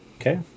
Okay